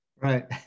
Right